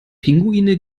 pinguine